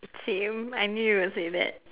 same I knew you would say that